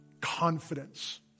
confidence